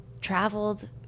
traveled